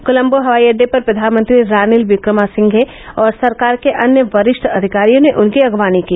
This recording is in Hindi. कोलंबो हवाई अड्डे पर प्रधानमंत्री रानिल विक्रमासिंघे और सरकार के अन्य वरिष्ठ अधिकारियों ने उनकी अगवानी की